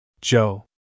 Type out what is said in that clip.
Joe